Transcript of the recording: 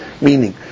Meaning